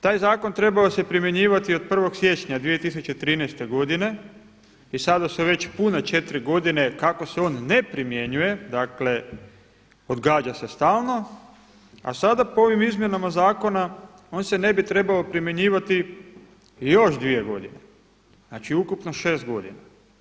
Taj zakon trebao se primjenjivati od 1. siječnja 2013. godine i sada se već pune 4 godine kako se on ne primjenjuje, dakle odgađa se stalno a sada po ovim izmjenama zakona o se ne bi trebao primjenjivati još dvije godine, znači ukupno 6 godina.